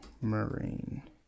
marine